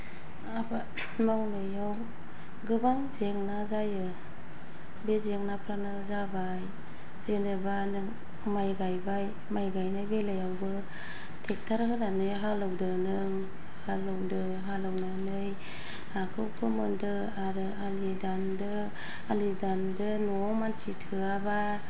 आबाद मावनायाव गोबां जेंना जायो बे जेंनाफ्रानो जाबाय जेनेबा नों माइ गायबाय माइ गायनाय बेलायावबो ट्रेक्टर होनानै हालेवदो नों हालेवदो हालेवनानै हाखौ फोमोनदो आरो आलि दानदो आलि दानदो न'आव मानसि थोआबा